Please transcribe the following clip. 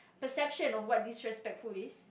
perception of what disrespectful is